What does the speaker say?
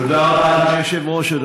תודה רבה, אדוני היושב-ראש.